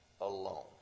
alone